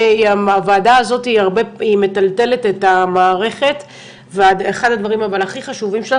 הוועדה הזאתי היא מטלטלת את המערכת ואחד הדברים אבל הכי חשובים שלה